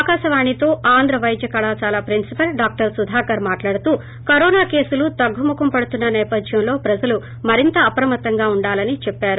ఆకాశవాణితో ఆంధ్ర పైద్య కళాశాల ప్రిన్నిపాల్ డా సుధాకర్ మాట్హాడుతూ కరోనా కేసులు తగ్గుముఖం పడుతున్న నేపథ్యంలో ప్రజలు మరింత అప్రమత్తంగా ఉండాలని చెప్పారు